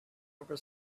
over